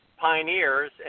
pioneers